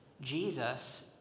Jesus